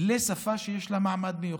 לשפה שיש לה מעמד מיוחד.